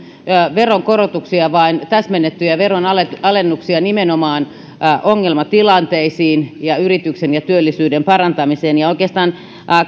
veronkorotuksia vaan täsmennettyjä veronalennuksia nimenomaan ongelmatilanteisiin ja yrityksen ja työllisyyden parantamiseen oikeastaan